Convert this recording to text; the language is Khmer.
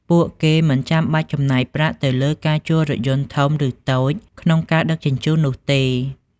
ពួកគេមិនចាំបាច់ចំណាយប្រាក់ទៅលើការជួលរថយន្តធំ ឬតូចក្នុងការដឹកជញ្ជូននោះទេ។